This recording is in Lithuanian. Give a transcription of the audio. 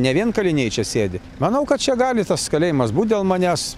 ne vien kaliniai čia sėdi manau kad čia gali tas kalėjimas būt dėl manęs